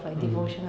mm